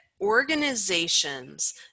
organizations